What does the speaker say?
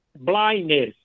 Blindness